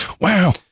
wow